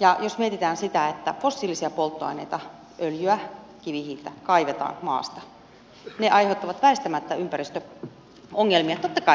ja jos mietitään sitä että fossiilisia polttoaineita öljyä kivihiiltä kaivetaan maasta ne aiheuttavat väistämättä ympäristöongelmia totta kai